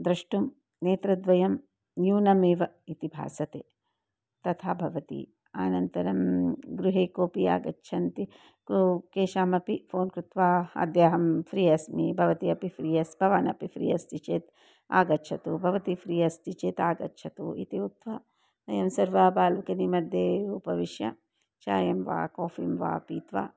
द्रष्टुं नेत्रद्वयं न्यूनमेव इति भासते तथा भवति अनन्तरं गृहे कोपि आगच्छन्ति को केषामपि फ़ोन् कृत्वा अद्य अहं फ़्री अस्मि भवती अपि फ़्री अस्ति भवानपि फ़्री अस्ति चेत् आगच्छतु भवती फ़्री अस्ति चेत् आगच्छतु इति उक्त्वा वयं सर्वा बाल्कनिमध्ये उपविश्य चायं वा काफ़िं वा पीत्वा